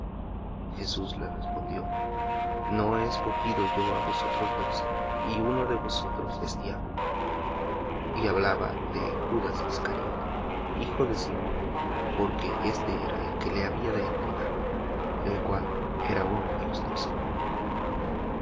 jesús le respondió no he escogido yo á vosotros doce y uno de vosotros es diablo y hablaba de judas iscariote de simón porque éste era el que le había de entregar el cual era uno de los doce